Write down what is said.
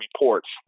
reports